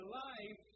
life